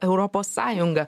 europos sąjunga